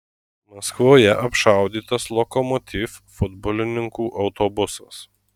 maskvoje apšaudytas lokomotiv futbolininkų autobusas